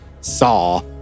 saw